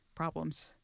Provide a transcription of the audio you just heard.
problems